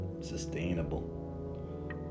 sustainable